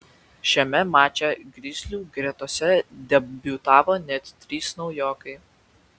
šiame mače grizlių gretose debiutavo net trys naujokai